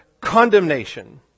condemnation